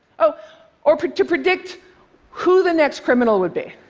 ah or to predict who the next criminal would be?